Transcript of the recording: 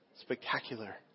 spectacular